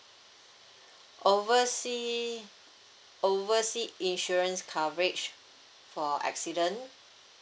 oversea oversea insurance coverage for accident